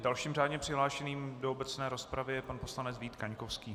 Dalším řádně přihlášeným do obecné rozpravy je pan poslanec Vít Kaňkovský.